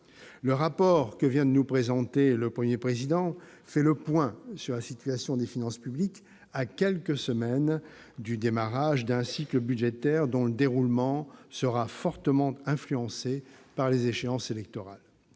Le rapport que vient de nous présenter M. le Premier président fait le point sur la situation des finances publiques, à quelques semaines du démarrage d'un cycle budgétaire dont le déroulement sera fortement influencé par les échéances électorales.